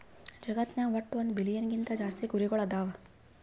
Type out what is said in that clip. ಜಗತ್ನಾಗ್ ವಟ್ಟ್ ಒಂದ್ ಬಿಲಿಯನ್ ಗಿಂತಾ ಜಾಸ್ತಿ ಕುರಿಗೊಳ್ ಅದಾವ್